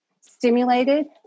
stimulated